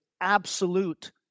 absolute